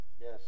Yes